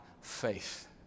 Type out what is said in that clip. faith